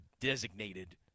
designated